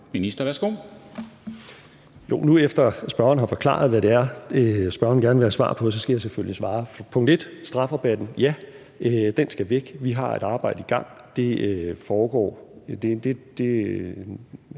(Nick Hækkerup): Nu, efter at spørgeren har forklaret, hvad det er, spørgeren gerne vil have svar på, så skal jeg selvfølgelig svare. Først om strafrabatten: Ja, den skal væk. Vi har et arbejde i gang med det aber